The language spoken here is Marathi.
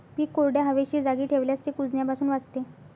पीक कोरड्या, हवेशीर जागी ठेवल्यास ते कुजण्यापासून वाचते